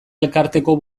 elkarteko